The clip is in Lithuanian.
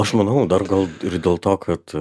aš manau dar gal ir dėl to kad